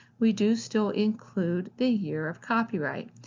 we do still include the year of copyright.